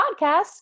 podcast